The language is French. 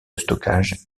stockage